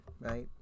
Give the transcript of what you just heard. right